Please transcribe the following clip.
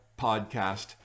podcast